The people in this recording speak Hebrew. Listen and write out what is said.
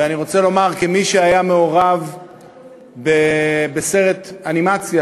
ואני רוצה לומר כמי שהיה מעורב בסרט האנימציה